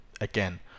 again